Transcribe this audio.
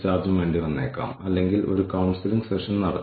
അങ്ങനെയെങ്കിൽ അത്തരം കാര്യങ്ങളിൽ എത്രപേർ സംഘടനയ്ക്കെതിരെ കേസെടുക്കുന്നു